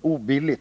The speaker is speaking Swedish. obilligt.